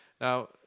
Now